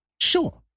sure